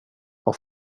och